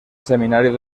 seminario